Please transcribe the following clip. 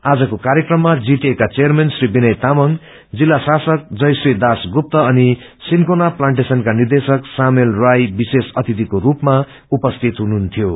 आजको कार्यक्रममा जीटीए का चेयरमेन श्री विनय तामाङ जिल्ला शासन जयश्री दासगुप्त सिन्कोना प्लान्टेशनका निदेशक सामुएल राई विशेष अतिथिको रूपमा उपस्थित थिए